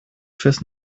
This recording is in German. fürs